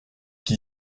qui